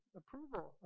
approval